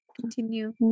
continue